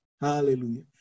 Hallelujah